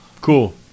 Cool